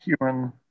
human